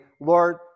Lord